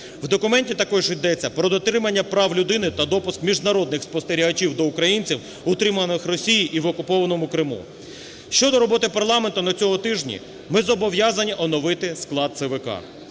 В документі також йдеться про дотримання прав людини та допуск міжнародних спостерігачів до українців, утримуваних в Росії і в окупованому Криму. Щодо роботи парламенту на цьому тижні. Ми зобов'язані оновити склад ЦВК.